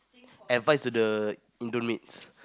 advice to the Indo maids